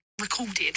recorded